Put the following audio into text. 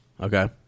Okay